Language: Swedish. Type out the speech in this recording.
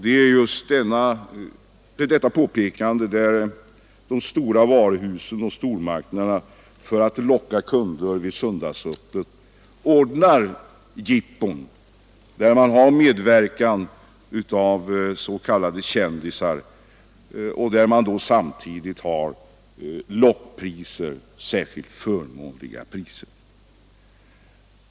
Det är påpekandet att de stora varuhusen och stormarknaderna för att locka kunder vid söndagsöppet ordnar jippon där s.k. kändisar medverkar och där man använder sig av lockpriser, särskilt förmånliga priser.